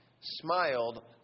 smiled